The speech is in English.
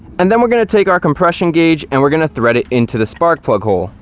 and then we're going to take our compression gauge and we're going to thread it into the spark plug hole.